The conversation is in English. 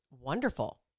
wonderful